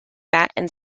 matte